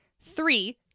three